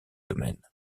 domaine